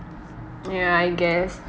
ya I guess